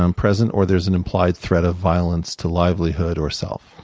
um present, or there's an implied threat of violence to livelihood or self.